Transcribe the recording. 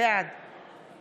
בעד